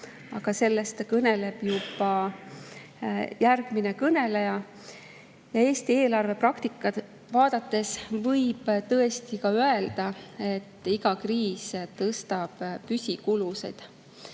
aga sellest kõneleb juba järgmine kõneleja. Eesti eelarvepraktikat vaadates võib tõesti öelda, et iga kriis tõstab püsikulusid. Nende